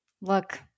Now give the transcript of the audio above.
look